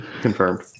confirmed